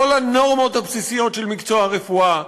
לא לנורמות הבסיסיות של מקצוע הרפואה,